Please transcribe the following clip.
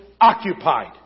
occupied